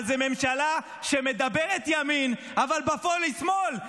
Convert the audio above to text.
אבל זאת ממשלה שמדברת ימין אבל בפועל היא שמאל.